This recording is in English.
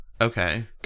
Okay